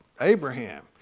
Abraham